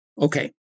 Okay